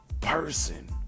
person